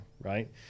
right